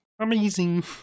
amazing